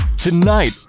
Tonight